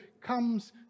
comes